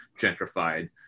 gentrified